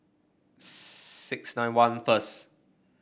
six nine one first